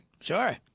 Sure